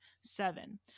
seven